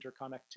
interconnectivity